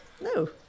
No